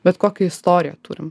bet kokią istoriją turim